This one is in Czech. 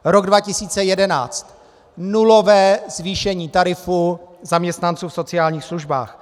Rok 2011 nulové zvýšení tarifů zaměstnanců v sociálních službách.